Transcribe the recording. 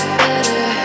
better